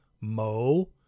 Mo